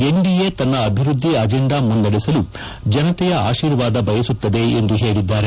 NDA ತನ್ನ ಅಭಿವೃದ್ಧಿ agenda ಮುನ್ನಡೆಸಲು ಜನತೆಯ ಆಶೀರ್ವಾದ ಬಯಸುತ್ತದೆ ಎಂದು ಹೇಳಿದ್ದಾರೆ